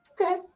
Okay